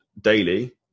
daily